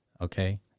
okay